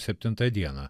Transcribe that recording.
septintą dieną